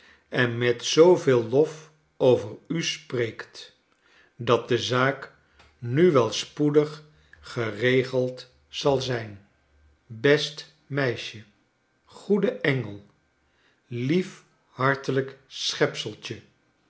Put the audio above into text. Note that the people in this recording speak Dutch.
en met zooveel lof over u spreekt dat de zaak nu wel spoedig geregeld zal zijn b es t meisje goede engel lief hartelijk